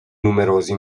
numerosi